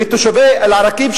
ותושבי אל-עראקיב,